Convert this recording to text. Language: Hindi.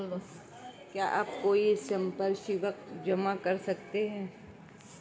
क्या आप कोई संपार्श्विक जमा कर सकते हैं?